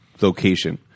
location